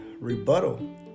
rebuttal